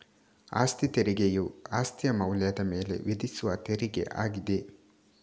ಅಸ್ತಿ ತೆರಿಗೆಯು ಅಸ್ತಿಯ ಮೌಲ್ಯದ ಮೇಲೆ ವಿಧಿಸುವ ತೆರಿಗೆ ಆಗಿದೆ